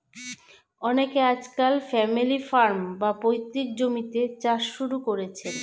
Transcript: অনেকে আজকাল family farm, বা পৈতৃক জমিতে চাষ শুরু করেছেন